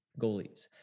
goalies